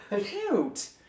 Cute